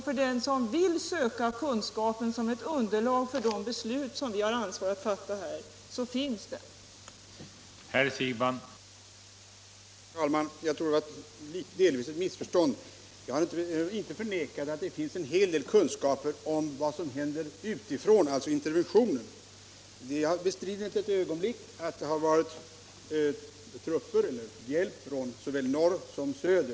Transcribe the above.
För den som vill söka kunskapen som ett underlag för de beslut som vi har ansvaret för att fatta här finns den alltså.